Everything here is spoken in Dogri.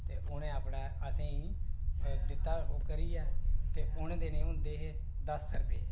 ते उ'नें अपने असें गी दित्ता करियै ते उ'नें सारा लैते दस रुपये